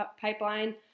pipeline